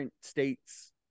states